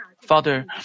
Father